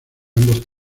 ambos